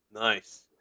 Nice